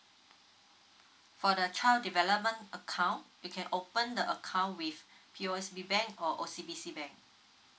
for the child development account you can open the account with P_O_S_B bank or O_C_B_C bank